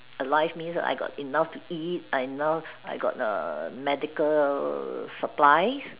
alive means I got enough to eat I enough I got err medical supplies